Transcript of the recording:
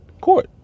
court